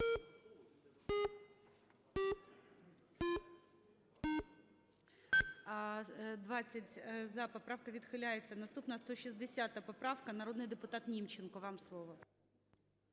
За-20 Поправка відхиляється. Наступна - 160 поправка. Народний депутат Німченко, вам слово.